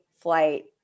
flight